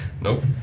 Nope